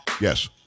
Yes